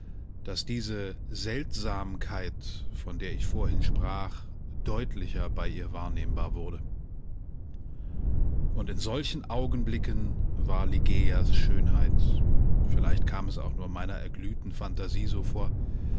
daß diese seltsamkeit von der ich vorhin sprach deutlicher bei ihr wahrnehmbar wurde und in solchen augenblicken war ligeias schönheit vielleicht kam es auch nur meiner erglühten phantasie so vor